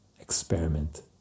experiment